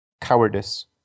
Cowardice